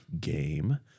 game